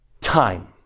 time